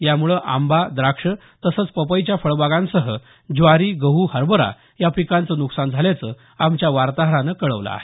यामुळं आंबा द्राक्षं तसंच पपईच्या फळबागांसह ज्वारी गहू हरभरा या पीकांचं न्कसान झाल्याचं आमच्या वार्ताहरानं कळवलं आहे